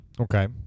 okay